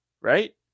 right